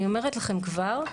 אני אומרת לכם כבר,